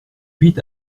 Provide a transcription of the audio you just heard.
huit